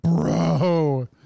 Bro